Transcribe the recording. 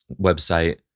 website